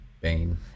bane